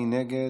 מי נגד?